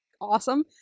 awesome